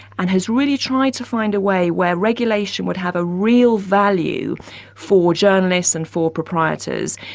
and has really tried to find a way where regulation would have a real value for journalists and for proprietors,